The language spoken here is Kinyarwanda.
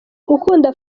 gukunda